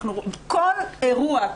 כל אירוע,